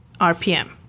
RPM